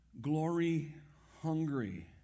glory-hungry